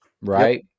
right